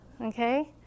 Okay